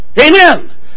Amen